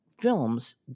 films